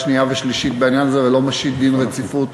השנייה והשלישית בעניין הזה ולא משית דין רציפות,